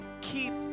keep